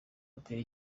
batera